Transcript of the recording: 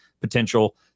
potential